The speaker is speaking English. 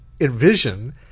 envision